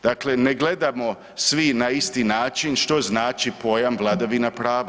Dakle, ne gledamo svi na isti način što znači pojam vladavina prava.